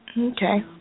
Okay